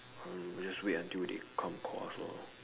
hmm we just wait until they come call us lor